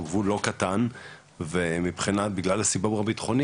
הוא גבול לא קטן ובגלל הסיבה הביטחונית